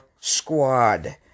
squad